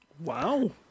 Wow